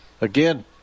Again